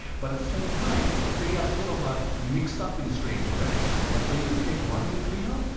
but at the same time they are sort of a mixed up in a strange way yeah, so if we take one neutrino,